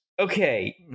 Okay